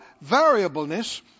variableness